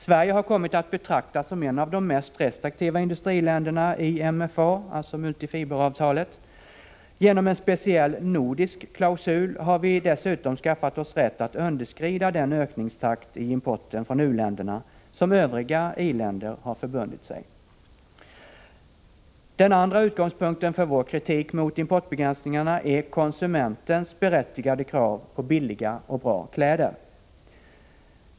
Sverige har kommit att betraktas som ett av de mest restriktiva industriländerna i MFA, multifiberavtalet. Genom en speciell ”nordisk klausul” har vi dessutom skaffat oss rätt att underskrida den ökningstakt i importen från u-länderna som övriga i-länder förbundit sig att hålla. Den andra utgångspunkten för vår kritik mot importbegränsningarna är konsumentens berättigade krav på billiga och bra kläder.